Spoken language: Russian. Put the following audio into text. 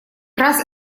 раз